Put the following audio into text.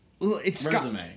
resume